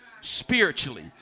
spiritually